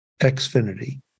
Xfinity